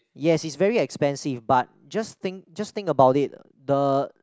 yes it's very expensive but just think just think about it the